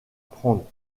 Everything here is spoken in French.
prendre